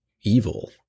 evil